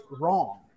wrong